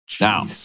Now